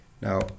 Now